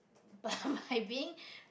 but by being